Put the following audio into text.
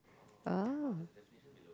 oh